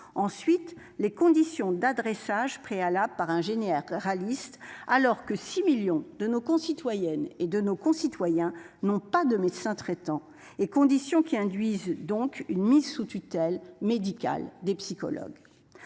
Ensuite, les conditions d'adressage préalable par ingénieur réaliste alors que 6 millions de nos concitoyennes et de nos concitoyens n'ont pas de médecin traitant et conditions qui induisent donc une mise sous tutelle médicale des psychologues.